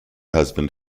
husband